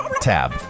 Tab